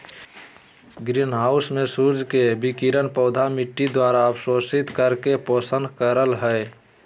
green house में सूर्य के विकिरण पौधा मिट्टी द्वारा अवशोषित करके पोषण करई हई